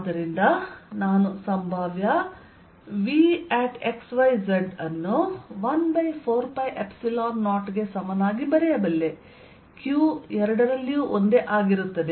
ಆದ್ದರಿಂದ ನಾನು ಸಂಭಾವ್ಯ V x y z ಅನ್ನು 14π0 ಕ್ಕೆ ಸಮನಾಗಿ ಬರೆಯಬಲ್ಲೆ q ಎರಡಕ್ಕೂ ಒಂದೇ ಆಗಿರುತ್ತದೆ